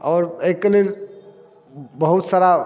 आओर एहिके लेल बहुत सारा